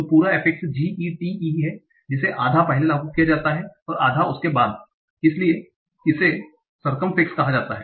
तो पूरा affix g e t e है जिसे आधा पहले लागू किया गया है और आधा उसके बाद लागू किया गया है इसलिए इसे परिधि सरकमफिक्स circumfix कहा जाता है